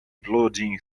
plodding